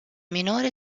minore